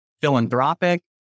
philanthropic